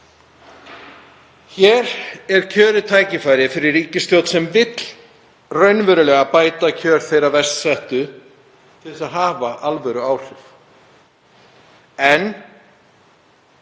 Hér er kjörið tækifæri, fyrir ríkisstjórn sem vill raunverulega bæta kjör þeirra verst settu, til að hafa alvöruáhrif. En